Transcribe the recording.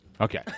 Okay